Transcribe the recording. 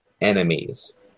enemies